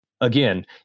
again